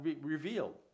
revealed